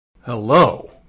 Hello